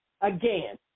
again